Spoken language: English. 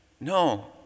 No